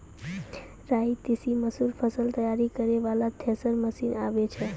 राई तीसी मसूर फसल तैयारी करै वाला थेसर मसीन आबै छै?